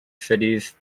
cities